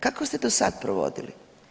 Kako ste do sad provodili?